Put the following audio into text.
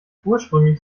ursprünglich